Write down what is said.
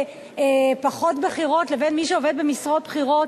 פחות בכירות לבין מי שעובד במשרות בכירות,